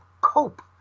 cope